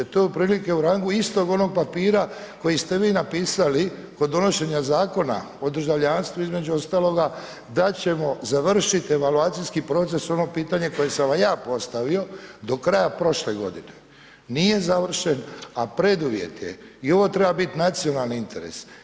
To je otprilike u rangu istog onog papira, kojeg ste vi napisali kod donošenja zakona o državljanstvu između ostaloga, da ćemo završiti evaluacijski proces, ono pitanje koje sam vam ja postavio do kraja prošle godine, nije završen, a preduvjet je i ovo treba biti nacionalni interes.